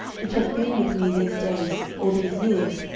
which hath been with me these days, or these years,